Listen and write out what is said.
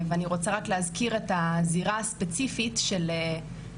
ואני רוצה רק להזכיר את הזירה הספציפית של המגזר